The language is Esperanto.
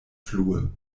flue